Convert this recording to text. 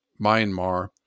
Myanmar